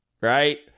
Right